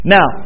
Now